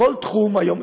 בכל תחום היום,